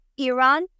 Iran